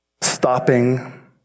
stopping